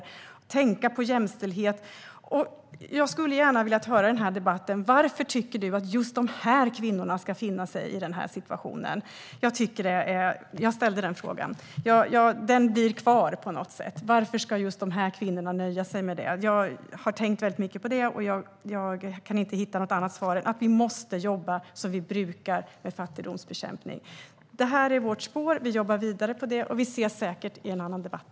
Vi måste tänka på jämställdhet, och jag skulle gärna i denna debatt ha velat höra varför du tycker att just dessa kvinnor ska finna sig i den här situationen. Jag ställde den frågan, och den blir kvar på något sätt. Varför ska just de här kvinnorna nöja sig med detta? Jag har tänkt väldigt mycket på det, och jag kan inte hitta något annat svar än att vi måste jobba som vi brukar med fattigdomsbekämpning. Detta är vårt spår. Vi jobbar vidare på det, och vi ses säkert i en annan debatt.